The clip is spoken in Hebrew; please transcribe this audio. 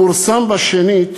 פורסם שנית